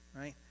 right